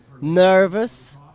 nervous